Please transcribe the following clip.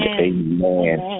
amen